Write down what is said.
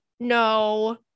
No